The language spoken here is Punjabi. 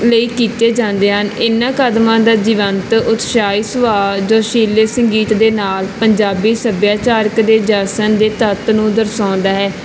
ਲਈ ਕੀਤੇ ਜਾਂਦੇ ਹਨ ਇਨ੍ਹਾਂ ਕਦਮਾਂ ਦਾ ਜੀਵੰਤ ਉਤਸ਼ਾਹਿਤ ਸੁਭਾਅ ਜੋਸ਼ੀਲੇ ਸੰਗੀਤ ਦੇ ਨਾਲ ਪੰਜਾਬੀ ਸੱਭਿਆਚਾਰਕ ਦੇ ਜਸ਼ਨ ਦੇ ਤੱਤ ਨੂੰ ਦਰਸਾਉਂਦਾ ਹੈ